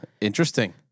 Interesting